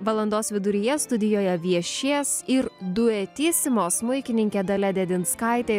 valandos viduryje studijoje viešės ir duetisimo smuikininkė dalia dedinskaitė